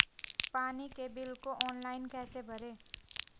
पानी के बिल को ऑनलाइन कैसे भरें?